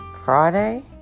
Friday